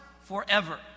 forever